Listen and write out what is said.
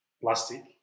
plastic